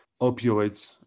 Opioids